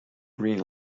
green